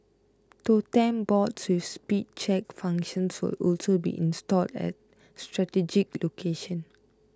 totem boards with speed check functions will also be installed at strategic location